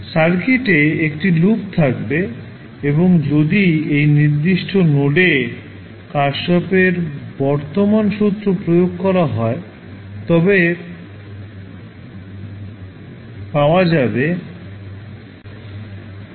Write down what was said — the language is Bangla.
সার্কিট এএকটি লুপ থাকবে এবং যদি এই নির্দিষ্ট নোডে কারশ্যফের তড়িৎ প্রবাহ সূত্র প্রয়োগ করা হয় তবে পাওয়া যাবে ICIR0